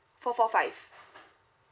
four four five